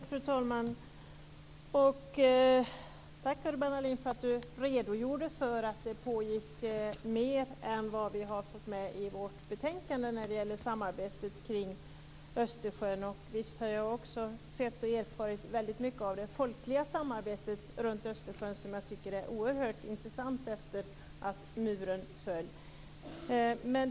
Fru talman! Jag vill tacka Urban Ahlin för att han redogjorde för att det pågår mer än vad vi fått med i vårt betänkande när det gäller samarbetet kring Östersjön. Jag har också sett och erfarit mycket av det folkliga samarbetet runt Östersjön sedan muren föll, som jag tycker är oerhört intressant.